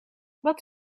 wat